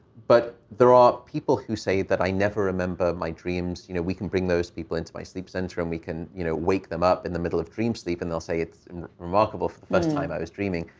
but there are people who say that i never remember my dreams, you know. we can bring those people into my sleep center, and we can, you know, wake them up in the middle of dream sleep, and they'll say, it's remarkable. for the first time, i was dreaming.